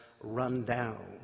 run-down